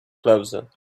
closer